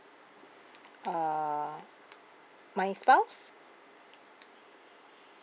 uh my spouse